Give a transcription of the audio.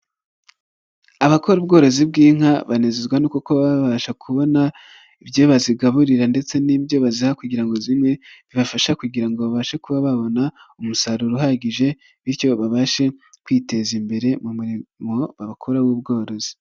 Abakora ubworozi bw'inka banezezwa no kuko baba babasha kubona ibyo bazigaburira ndetse n'ibyo baziha kugira ngo zinywe bibafasha kugira babashe kuba babona umusaruro uhagije, bityo babashe kwiteza imbere murimo bakora w'ubworozi.